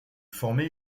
formée